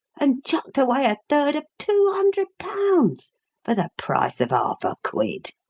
and chucked away a third of two hundred pounds for the price of half a quid!